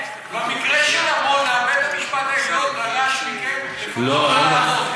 במקרה של עמונה בית-המשפט העליון דרש מכם לפנות,